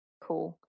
Cool